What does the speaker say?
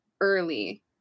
early